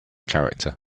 character